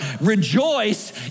rejoice